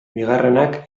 bigarrenak